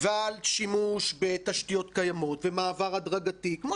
ועל שימוש בתשתיות קיימות ומעבר הדרגתי, כמו